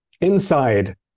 inside